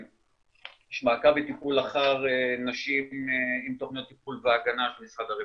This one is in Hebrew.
יש מעקב וטיפול אחר נשים עם תוכניות טיפול והגנה במשרד הרווחה,